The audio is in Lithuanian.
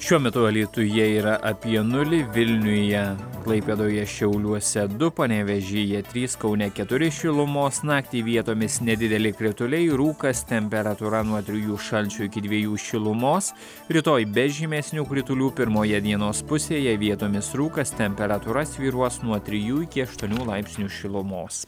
šiuo metu alytuje yra apie nulį vilniuje klaipėdoje šiauliuose du panevėžyje trys kaune keturi šilumos naktį vietomis nedideli krituliai rūkas temperatūra nuo trijų šalčio iki dviejų šilumos rytoj be žymesnių kritulių pirmoje dienos pusėje vietomis rūkas temperatūra svyruos nuo trijų iki aštuonių laipsnių šilumos